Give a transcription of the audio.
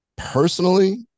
personally